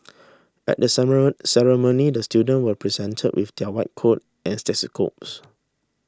at the ceremony the student were presented with their white coat and stethoscopes